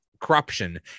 corruption